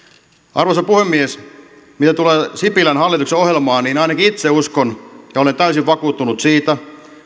arvoisa puhemies mitä tulee sipilän hallituksen ohjelmaan niin ainakin itse uskon ja olen täysin vakuuttunut siitä